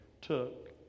took